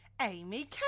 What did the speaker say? Amy